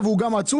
מח"ש.